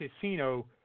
Casino